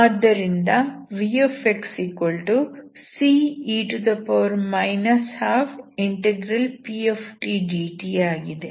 ಆದ್ದರಿಂದ vxce 12ptdt ಆಗಿದೆ